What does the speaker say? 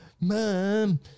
Mom